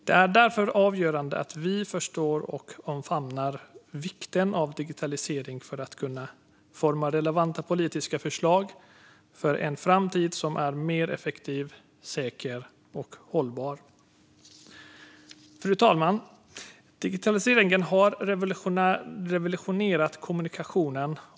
Det är därför avgörande att vi förstår och omfamnar vikten av digitalisering för att kunna forma relevanta politiska förslag för en framtid som är mer effektiv, säker och hållbar. Fru talman! Digitaliseringen har revolutionerat kommunikationen.